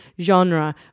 genre